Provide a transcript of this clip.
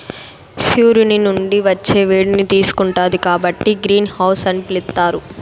సూర్యుని నుండి వచ్చే వేడిని తీసుకుంటాది కాబట్టి గ్రీన్ హౌస్ అని పిలుత్తారు